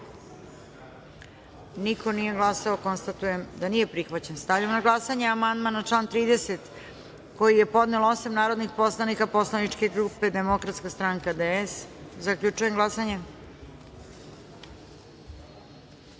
niko nije glasao. Konstatujem da amandman nije prihvaćen. Stavljam na glasanje amandman na član 30. koji je podnelo osam narodnih poslanika poslaničke grupe Demokratska stranka – DS.Zaključujem glasanje: